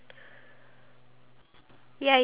I'm tea type of person